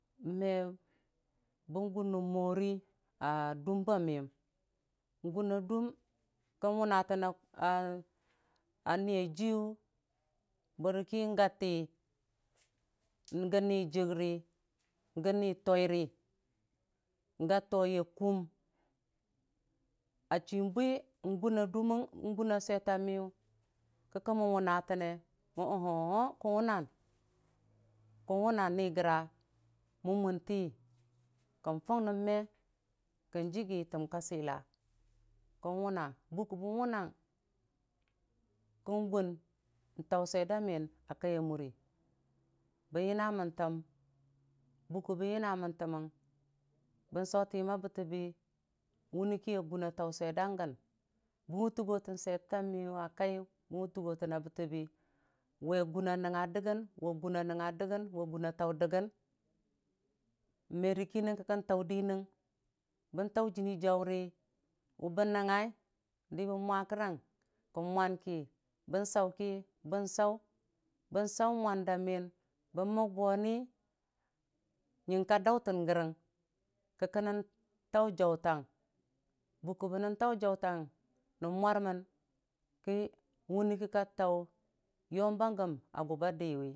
N'me bəngun də məri a dum ba miyə n'guna dum kən wʊna rəna a Niiya diiyʊ bərki gate, gən mijəgri kənni toirə ga toiya kum a chi bwi n'guna duməng, n'guna bwetaa miyʊ kə kəmmən wʊna təne mo ohowoo kən wʊnan kən wʊna Niigəra mʊmənte kən fung nən ne kən jəgi təm ka səla kən wʊna bukə bən wuna kən gun tau swier da miyin a kanya muri bən yina mən təm bukə bən yina mən tənɨng bən sotən yəmma bətəbi wʊne ki ya gun a tautən kan swir dəngən bən wutugo tənsweitətta miyʊ a kaiyʊ, bən wutugotəna bə təbi we guna nəngnga dəgən- we guna nəngnga dəgən, we guna tau dəgən merə kinɨng ki kən tall dənɨng bən tau jənni jauri wʊ bən nəng, ngai ki bən mwa kərang ki mwan bən sauki bən sau, ban sau mwan də miyən əbn mək boni nyəka dautən gəri ki kənən tau jautang bʊkə bənən tau jaunang nən mwarmən ki wunne kika tau yomba gəm.